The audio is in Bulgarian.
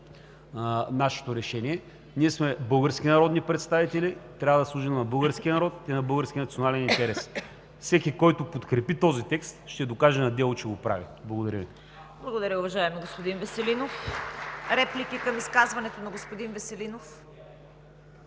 нашето решение. Ние сме български народни представители, трябва да служим на българския народ и на българския национален интерес. Всеки, който подкрепи този текст, ще докаже на дело, че го прави. ПРЕДСЕДАТЕЛ ЦВЕТА КАРАЯНЧЕВА: Благодаря, уважаеми господин Веселинов. Реплики към изказването на господин Веселинов?